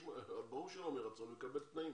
ברור שלא מרצון, הוא יקבל תנאים.